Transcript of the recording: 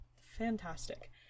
fantastic